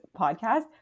podcast